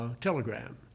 telegram